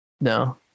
No